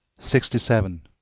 sixty seven.